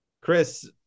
Chris